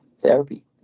therapy